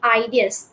ideas